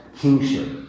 kingship